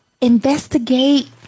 investigate